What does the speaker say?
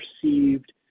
perceived